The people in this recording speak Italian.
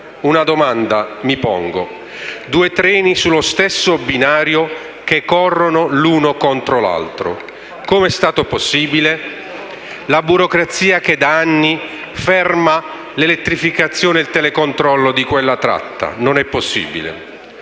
Una domanda mi pongo: due treni sullo stesso binario che corrono l'uno contro l'altro. Com'è è stato possibile? E la burocrazia da anni ferma l'elettrificazione e il telecontrollo di quella tratta. Non è possibile.